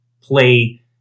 play